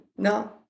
No